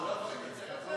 גם מה זה משנה?